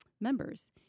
members